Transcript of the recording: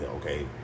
Okay